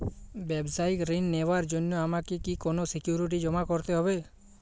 ব্যাবসায়িক ঋণ নেওয়ার জন্য আমাকে কি কোনো সিকিউরিটি জমা করতে হবে?